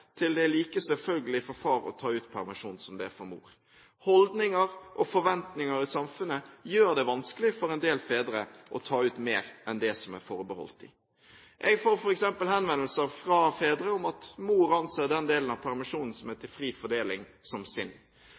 til det er like selvfølgelig for far å ta ut permisjon som det er for mor. Holdninger og forventninger i samfunnet gjør det vanskelig for en del fedre å ta ut mer enn det som er forebeholdt dem. Jeg får f.eks. henvendelser fra fedre om at mor anser den delen av permisjonen som er til fri fordeling, som